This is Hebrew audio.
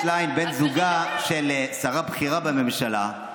ליאור שליין, בן זוגה של שרה בכירה בממשלה,